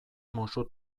musu